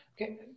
Okay